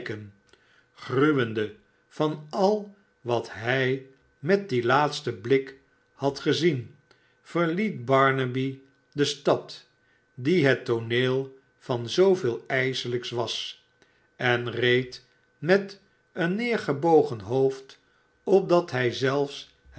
gruwende van al wat hij met dien laatsten blik had gezien verliet barnaby de stad die het tooneel van zooveel ijselijks was en t k a tm neer s eb g en hoo opdat hij zelfe